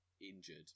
injured